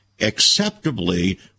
acceptably